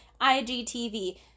IGTV